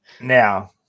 Now